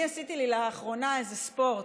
אני עשיתי לי לאחרונה איזה ספורט.